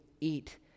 eat